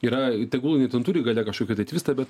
yra tegul jinai ten turi gale kažkokį tai tvistą bet